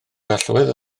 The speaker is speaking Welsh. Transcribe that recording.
allwedd